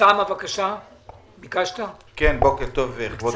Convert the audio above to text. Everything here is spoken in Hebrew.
בוקר טוב, כבוד